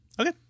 Okay